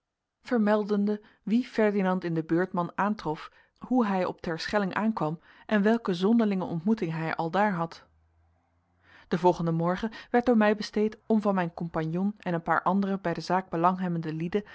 vermeldende wie ferdinand in den beurtman aantrof hoe hij op terschelling aankwam en welke zonderlinge ontmoeting hij aldaar had de volgende morgen werd door mij besteed om van mijn compagnon en een paar andere bij de zaak belanghebbende lieden